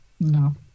No